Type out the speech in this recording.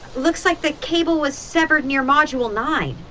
looks like the cable was severed near module nine.